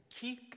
Keep